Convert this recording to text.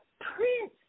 Prince